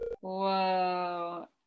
whoa